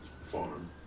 farm